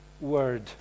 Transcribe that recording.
word